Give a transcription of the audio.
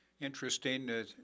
Interesting